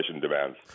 demands